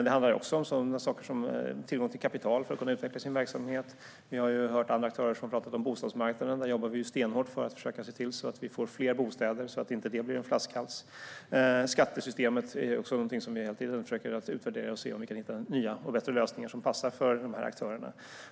Det handlar också om sådana saker som tillgång till kapital för att man ska kunna utveckla sin verksamhet. Vi har hört andra aktörer som har talat om bostadsmarknaden. Där jobbar vi stenhårt för att försöka se till att vi får fler bostäder, så att det inte blir en flaskhals. Skattesystemet är också någonting som vi hela tiden försöker utvärdera för att se om vi kan hitta nya och bättre lösningar som passar för dessa aktörer.